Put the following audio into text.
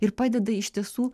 ir padeda iš tiesų